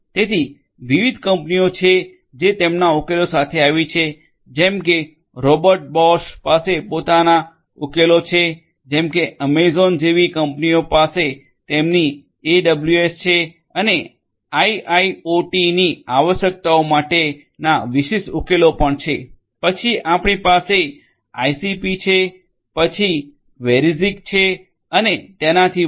તેથી વિવિધ કંપનીઓ છે જે તેમના ઉકેલો સાથે આવી છે જેમ કે રોબર્ટ બોશ પાસે પોતાના ઉકેલો છે જેમ કે એમેઝોન જેવી કંપનીઓ પાસે તેમની એડબ્લૂએસ છે અને આઇઆઇઓટીની આવશ્યકતાઓ માટેના વિશિષ્ટ ઉકેલો પણ છે પછી આપણી પાસે આઈસીપી છે પછી વેરિઝિક છે અને તેનાથી વધુ